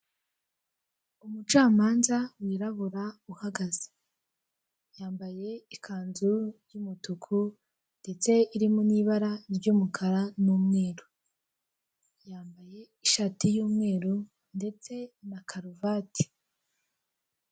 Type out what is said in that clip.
Umucamanza wirabura uhagaze, yambaye ikanzu y'umutuku ndetse irimo n'ibara ry'umukara n'umweru, yambaye ishati y'umweru ndetse na karavate.